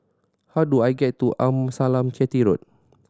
how do I get to Amasalam Chetty Road